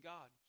God